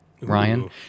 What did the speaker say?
Ryan